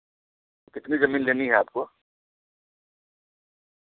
کتنی زمین لینی ہے آپ کو